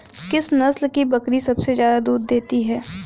किस नस्ल की बकरी सबसे ज्यादा दूध देती है?